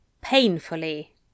painfully